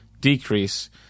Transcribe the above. decrease